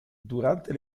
durante